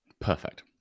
Perfect